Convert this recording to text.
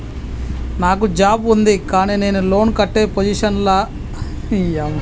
నాకు జాబ్ ఉంది కానీ నేను లోన్ కట్టే పొజిషన్ లా లేను దానికి ఏం ఐనా ఎక్స్క్యూజ్ చేస్తరా?